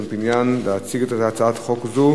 אני קובע שהצעת חוק השקעות משותפות